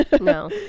No